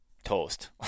Toast